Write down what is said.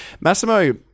massimo